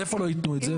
איפה לא ייתנו את זה?